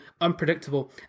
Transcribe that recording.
unpredictable